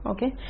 Okay